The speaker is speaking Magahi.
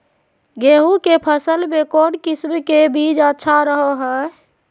गेहूँ के फसल में कौन किसम के बीज अच्छा रहो हय?